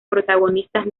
protagonistas